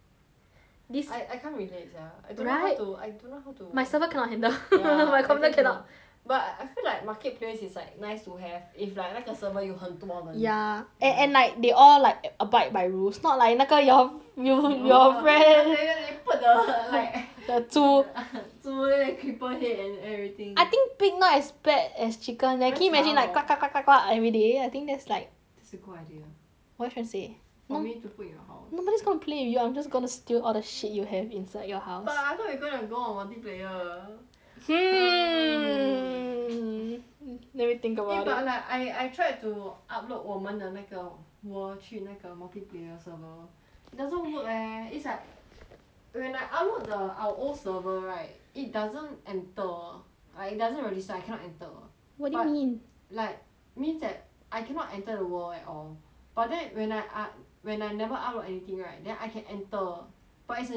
this I I can't relate sia right I don't know how to I don't know how to my server cannot handle ya my computer cannot but I feel like marketplace is like nice to have if like 那个 server 有很多人 ya and and like they all like abide by rules not like 那个 your fr~ your your friend they put the like the 猪猪 then the creeper here and everything I think pig not as bad as chicken leh very 吵 can you imagine like every day I think that's like that's a good idea what should I say for me to put in your house no nobody is going to play with you I'm just gonna steal all the shit you have inside your house but I thought you gonna go on multiplayer hmm let me think about it eh but like I I tried to upload 我们的那个 world 去那个 multiplayer server it doesn't work leh it's like when I upload the our old server right it doesn't enter like it doesn't register I cannot enter what do you mean but like means that I cannot enter the world at all but then when I I when I never upload anything right then I can enter but it's a new world